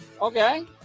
Okay